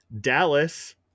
dallas